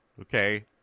Okay